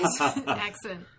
accent